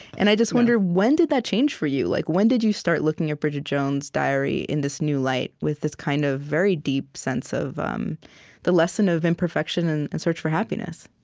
and i just wondered, when did that change for you? like when did you start looking at bridget jones's diary in this new light, with this kind of very deep sense of um the lesson of imperfection and the and search for happiness?